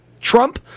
Trump